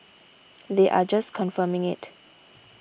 they are just confirming it